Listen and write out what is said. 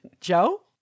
Joe